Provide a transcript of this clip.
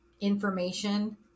information